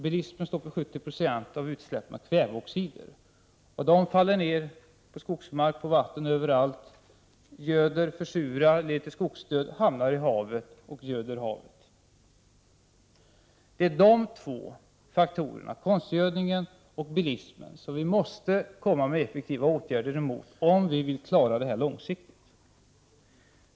Bilismen står för 70 96 av utsläppen av kväveoxider som faller ned på skogsmark och vatten överallt och göder, försurar och leder till skogsdöd och hamnar i havet och göder det. Det är dessa två faktorer, konstgödningen och bilismen, som vi måste vidta effektivare åtgärder mot om vi vill klara detta långsiktigt.